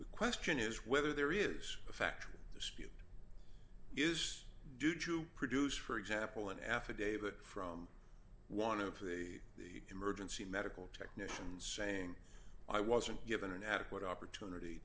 the question is whether there is a factual dispute is did you produce for example an affidavit from one of the emergency medical technicians saying i wasn't given an adequate opportunity